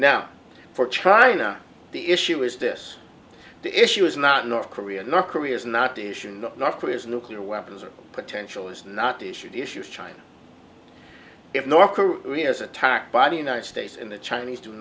now for trying the issue is this the issue is not north korea north korea is not the issue not north korea's nuclear weapons or potential is not the issue the issue is china if north korea is attacked by the united states in the chinese do